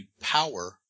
power